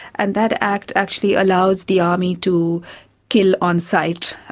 and that act actually allows the army to kill on sight,